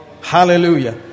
Hallelujah